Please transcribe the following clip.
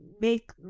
make